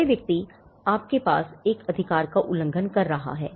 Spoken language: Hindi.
वह व्यक्ति आपके पास एक अधिकार का उल्लंघन कर रहा है